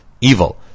evil